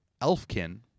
Elfkin